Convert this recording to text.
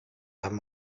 haben